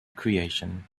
creation